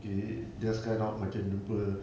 okay just kind of macam jumpa